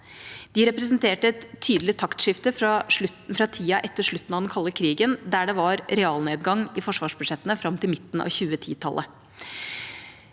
De representerte et tydelig taktskifte fra tida etter slutten av den kalde krigen, der det var realnedgang i forsvarsbudsjettene fram til midten av 2010-tallet.